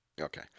Okay